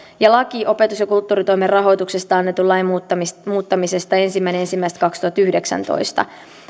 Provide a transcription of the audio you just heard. ja laki opetus ja kulttuuritoimen rahoituksesta annetun lain muuttamisesta muuttamisesta ensimmäinen ensimmäistä kaksituhattayhdeksäntoista